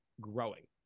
growing